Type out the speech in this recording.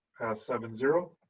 seven zero.